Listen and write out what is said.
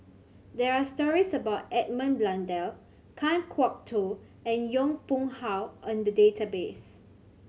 there are stories about Edmund Blundell Kan Kwok Toh and Yong Pung How in the database